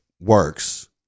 works